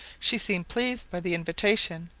she seemed pleased by the invitation,